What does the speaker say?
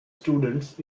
students